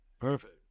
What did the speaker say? perfect